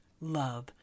love